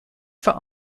for